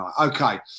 Okay